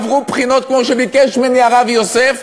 עברו בחינות כמו שביקש ממני הרב יוסף,